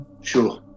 Sure